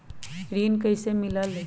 ऋण कईसे मिलल ले?